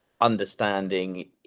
understanding